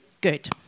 Good